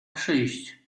przyjść